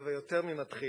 ויותר ממתחיל,